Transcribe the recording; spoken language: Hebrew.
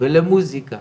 ולמוסיקה